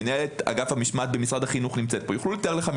מנהלת אגף המשמעת במשרד החינוך נמצאת פה.